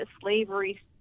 slavery